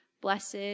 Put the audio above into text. blessed